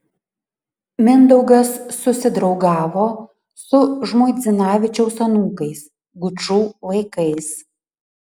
mindaugas susidraugavo su žmuidzinavičiaus anūkais gučų vaikais